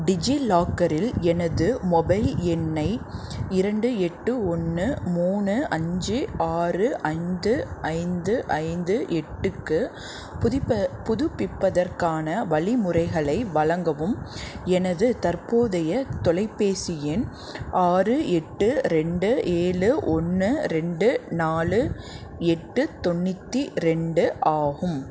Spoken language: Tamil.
டிஜிலாக்கரில் எனது மொபைல் எண்ணை இரண்டு எட்டு ஒன்று மூணு அஞ்சு ஆறு ஐந்து ஐந்து ஐந்து எட்டுக்கு புதிப்ப புதுப்பிப்பதற்க்கான வழிமுறைகளை வழங்கவும் எனது தற்போதைய தொலைப்பேசி எண் ஆறு எட்டு ரெண்டு ஏழு ஒன்று ரெண்டு நாலு எட்டு தொண்ணூற்றி ரெண்டு ஆகும்